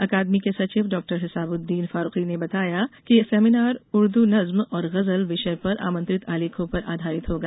अकादमी के सचिव डॉ हिसामउद्दीन फारूकी ने कल बताया कि सेमिनार उर्दू नज्म और गज़ल विषय पर आमंत्रित आलेखों पर आधारित होगा